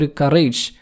courage